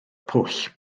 pwll